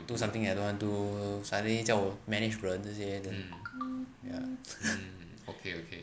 err do something that I don't want so suddenly 叫我 manage 人这些 then